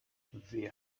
wer